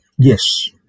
Yes